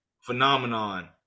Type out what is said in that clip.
phenomenon